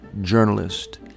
journalist